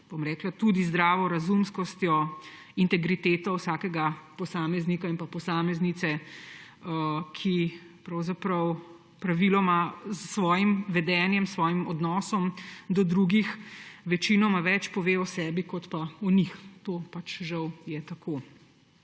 tudi zdravorazumskostjo, integriteto vsakega posameznika in posameznice, ki praviloma s svojim vedenjem, s svojim odnosom do drugih večinoma več pove o sebi kot pa o njih. To je žal tako.